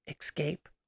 escape